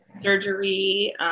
surgery